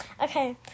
Okay